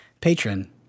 patron